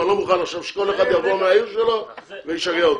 ואני לא מוכן עכשיו שכל אחד יבוא מהעיר שלו וישגע אותי.